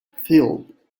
field